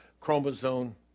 chromosome